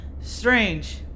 Strange